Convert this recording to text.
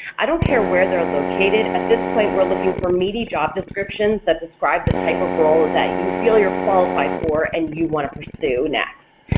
i don't care where they're located at this point we're looking for meaty job descriptions that describe the type of role that you feel you're qualified for and you want to pursue next.